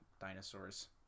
dinosaurs